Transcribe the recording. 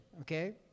okay